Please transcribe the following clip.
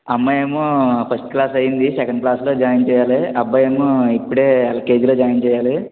అమ్మాయి ఏమో first class అయ్యింది సెకండ్ క్లాస్లో జాయిన్ చెయ్యాలి అబ్బాయేమో ఇప్పుడే ఎల్కేజిలో జాయిన్ చెయ్యాలి